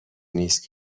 نیست